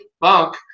bunk